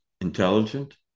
intelligent